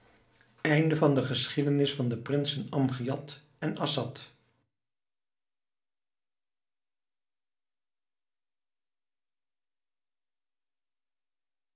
de geschiedenis van de prinsen amgiad en assad